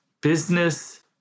business